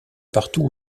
partout